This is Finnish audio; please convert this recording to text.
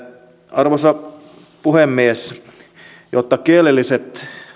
arvoisa puhemies jotta kielelliset